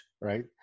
right